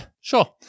sure